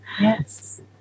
yes